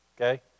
Okay